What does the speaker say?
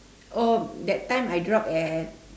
oh that time I drop at